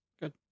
Good